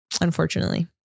unfortunately